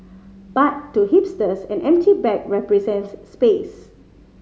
but to hipsters an empty bag represents space